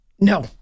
No